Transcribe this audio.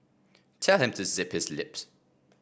tell him to zip his lip